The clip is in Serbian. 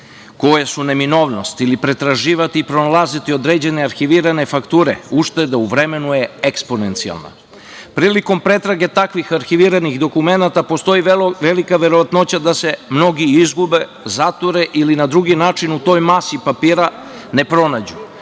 koje su neminovnost, ili pretraživati i pronalaziti određene arhivirane fakture, ušteda u vremenu je eksponencijalna. Prilikom pretrage takvih arhiviranih dokumenata postoji velika verovatnoća da se mnogi izgube, zature ili na drugi način u toj masi papira ne pronađu.